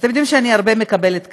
אתם יודעים שאני הרבה מקבלת קהל,